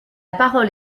parole